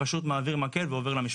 הוא פשוט "מעביר מקל" ועובר למשפחה.